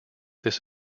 this